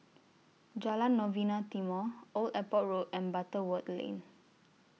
Jalan Novena Timor Old Airport Road and Butterworth Lane